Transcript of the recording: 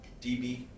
DB